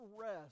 rest